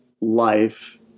life